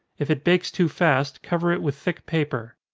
if it bakes too fast, cover it with thick paper.